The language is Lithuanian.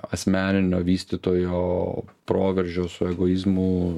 asmeninio vystytojo proveržio su egoizmu